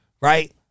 Right